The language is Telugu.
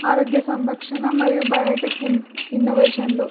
ఆరోగ్య సంరక్షణ మరియు బయోటిక్ ఇన్ ఇన్నోవేషన్లు